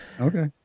Okay